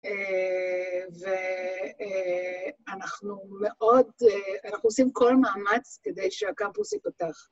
ואנחנו מאוד... אנחנו עושים כל מאמץ כדי שהקמפוס יפתח.